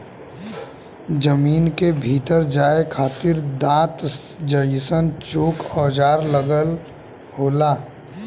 जमीन के भीतर जाये खातिर दांत जइसन चोक औजार लगल होला